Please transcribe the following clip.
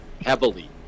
heavily